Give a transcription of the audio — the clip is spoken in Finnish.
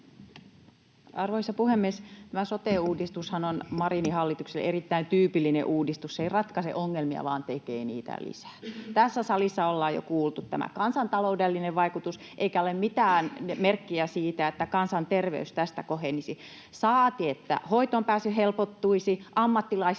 Arvoisa puhemies! Tämä sote-uudistushan on Marinin hallitukselle erittäin tyypillinen uudistus. Se ei ratkaise ongelmia, vaan tekee niitä lisää. Tässä salissa ollaan jo kuultu tämä kansantaloudellinen vaikutus, eikä ole mitään merkkiä siitä, että kansanterveys tästä kohenisi, saati että hoitoon pääsy helpottuisi, ammattilaisia